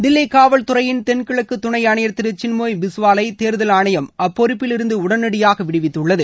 தில்லி காவல்துறையின் தென்கிழக்கு ஆணையர் துணை திரு சின்மோய் பிஸ்வாலை தேர்தல் ஆணையம் அப்பொறுப்பிலிருந்து உடனடபாக விடுவித்துள்ளது